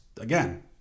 again